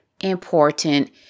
important